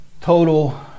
total